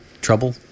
Trouble